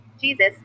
Jesus